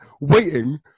waiting